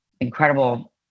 incredible